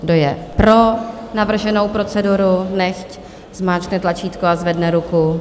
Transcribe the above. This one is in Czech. Kdo je pro navrženou proceduru, nechť zmáčkne tlačítko a zvedne ruku.